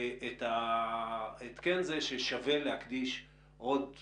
את זה ששווה להקדיש עוד חודש,